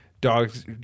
dogs